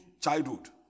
childhood